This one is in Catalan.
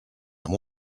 amb